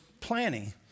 planning